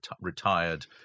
retired